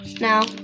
Now